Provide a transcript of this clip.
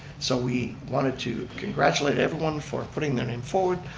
so, we wanted to congratulate everyone for putting their name forward,